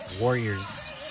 Warriors